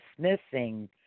dismissing